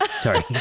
Sorry